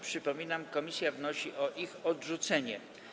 Przypominam, że komisja wnosi o ich odrzucenie.